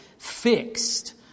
Fixed